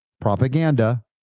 propaganda